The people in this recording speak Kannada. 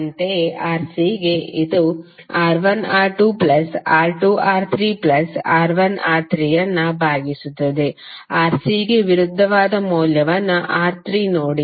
ಅಂತೆಯೇ Rc ಗೆ ಇದು R1R2R2R3R1R3 ಅನ್ನು ಭಾಗಿಸುತ್ತದೆ Rc ಗೆ ವಿರುದ್ಧವಾದ ಮೌಲ್ಯವನ್ನು R3 ನೋಡಿ